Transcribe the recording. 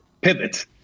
pivot